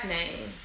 name